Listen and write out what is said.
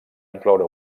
incloure